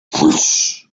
this